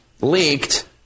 leaked